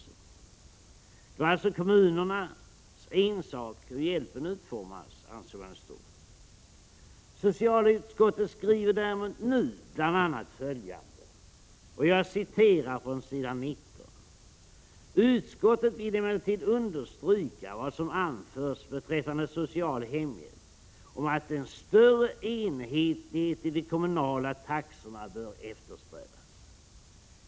Det ansågs alltså vara kommunernas ensak hur hjälpen utformas. Socialutskottet skriver nu bl.a. följande: ”Utskottet vill emellertid understryka vad som anförts beträffande social hemhjälp om att en större enhetlighet i de kommunala taxorna bör eftersträvas.